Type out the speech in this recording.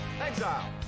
exile